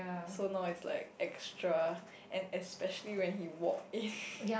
so now it's like extra and especially when he walk in